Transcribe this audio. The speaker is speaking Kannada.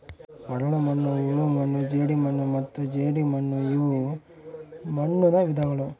ಮರಳುಮಣ್ಣು ಹೂಳುಮಣ್ಣು ಜೇಡಿಮಣ್ಣು ಮತ್ತು ಜೇಡಿಮಣ್ಣುಇವು ಮಣ್ಣುನ ವಿಧಗಳು